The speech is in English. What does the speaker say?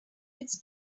its